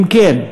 אם כן,